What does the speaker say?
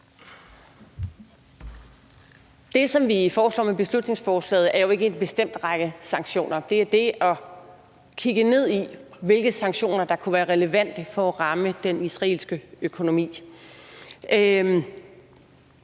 Det, som vi foreslår med beslutningsforslaget, er jo ikke en bestemt række sanktioner. Det er det at kigge på, hvilke sanktioner der kunne være relevante for at ramme den israelske økonomi.